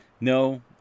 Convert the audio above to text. no